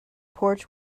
porch